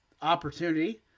opportunity